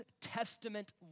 Testament